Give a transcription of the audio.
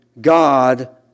God